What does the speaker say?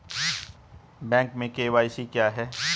Bank में KYC क्या है?